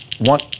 One